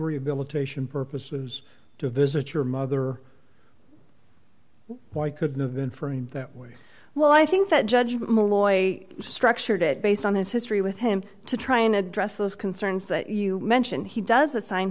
rehabilitation purposes to visit your mother why couldn't a been for him that way well i think that judge malloy structured it based on his history with him to try and address those concerns that you mention he does assign